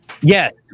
yes